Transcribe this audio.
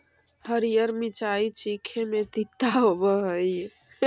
हरीअर मिचाई चीखे में तीता होब हई